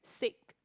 sick